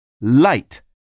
light